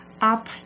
up